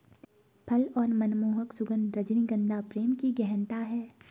फल और मनमोहक सुगन्ध, रजनीगंधा प्रेम की गहनता है